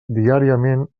diàriament